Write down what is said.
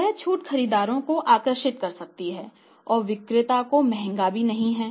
यह छूट खरीदारों को आकर्षित कर सकती है और विक्रेता को महंगी भी नहीं है